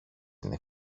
είναι